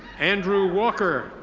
andrew walker.